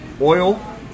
Oil